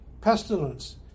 pestilence